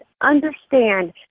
understand